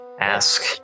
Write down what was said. Ask